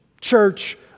church